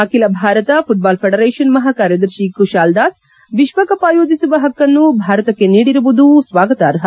ಅಖಿಲ ಭಾರತ football federation ಮಹಾ ಕಾರ್ಯದರ್ಶಿ ಕುಶಾಲ್ ದಾಸ್ ವಿಶ್ವಕಪ್ ಆಯೋಜಿಸುವ ಪಕ್ಕನ್ನು ಭಾರತಕ್ಕೆ ನೀಡಿರುವುದು ಸ್ವಾಗತಾರ್ಪ